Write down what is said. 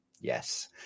Yes